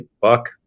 buck